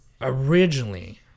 Originally